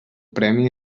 premi